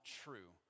true